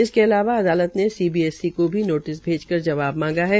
इसके अलावा अदालत ने सीबीएससी को नोटिस भेज कर जवाब मांगाहै